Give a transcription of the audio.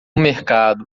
mercado